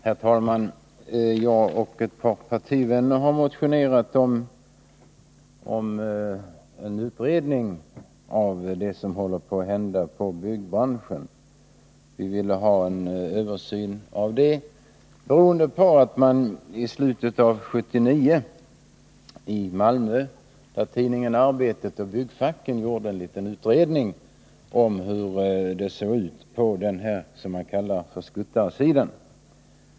Herr talman! Jag och ett par partivänner har motionerat om en utredning av det som håller på att hända inom byggbranschen. Vi ville ha en översyn av dessa förhållanden. I slutet av 1979 gjorde tidningen Arbetet och byggfacken i Malmö en liten utredning om hur det ser ut på den s.k. skuttsidan.